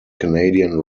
canadian